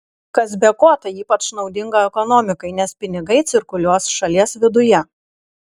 kas be ko tai ypač naudinga ekonomikai nes pinigai cirkuliuos šalies viduje